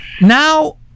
Now